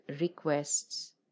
requests